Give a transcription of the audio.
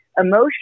emotion